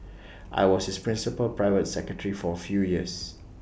I was his principal private secretary for A few years